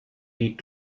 need